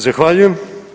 Zahvaljujem.